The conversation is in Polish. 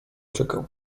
czekał